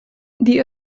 the